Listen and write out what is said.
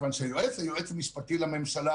כיוון שהיועץ הוא יועץ משפטי לממשלה,